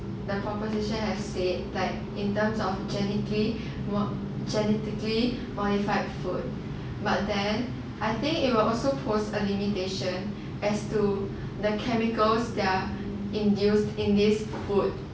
the proposition have said like in terms of genical~ genetically modified food but then I think it will also pose a limitation as to the chemicals that are induced in this food